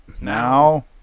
Now